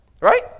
right